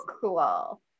cool